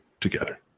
together